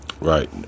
Right